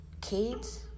kids